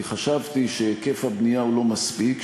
כי חשבתי שהיקף הבנייה לא מספיק,